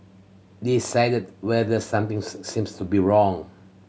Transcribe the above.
decide whether something seems to be wrong